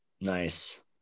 Nice